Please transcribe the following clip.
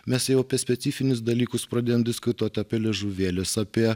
mes jau apie specifinius dalykus pradėjom diskutuot apie liežuvėlius apie